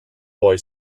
boy